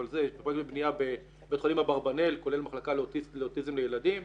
אבל זה פרויקט בבנייה בבית חולים אברבאנל כולל מחלקה לאוטיזם לילדים.